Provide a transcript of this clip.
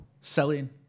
selling